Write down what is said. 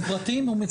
הם פרטיים ומתוקצבים.